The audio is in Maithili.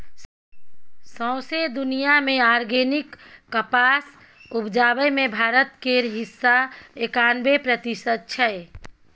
सौंसे दुनियाँ मे आर्गेनिक कपास उपजाबै मे भारत केर हिस्सा एकानबे प्रतिशत छै